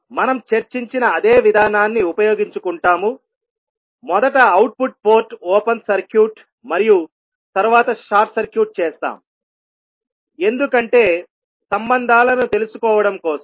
మనం చర్చించిన అదే విధానాన్ని ఉపయోగించుకుంటాము మొదట అవుట్పుట్ పోర్ట్ ఓపెన్ సర్క్యూట్ మరియు తరువాత షార్ట్ సర్క్యూట్ చేస్తాం ఎందుకంటే సంబంధాలను తెలుసుకోవడం కోసం